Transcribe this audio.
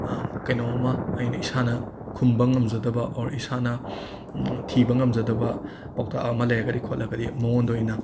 ꯀꯩꯅꯣꯝꯃ ꯑꯩꯅ ꯏꯁꯥꯅ ꯈꯨꯝꯕ ꯉꯝꯖꯗꯕ ꯑꯣꯔ ꯏꯁꯥꯅ ꯊꯤꯕ ꯉꯝꯖꯗꯕ ꯄꯥꯎꯇꯥꯛ ꯑꯃ ꯂꯩꯔꯒꯗꯤ ꯈꯣꯠꯂꯒꯗꯤ ꯃꯉꯣꯟꯗ ꯑꯣꯏꯅ